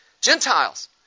Gentiles